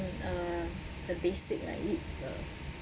uh the basic like it